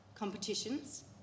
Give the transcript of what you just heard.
Competitions